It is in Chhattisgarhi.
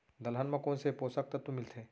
दलहन म कोन से पोसक तत्व मिलथे?